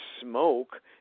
smoke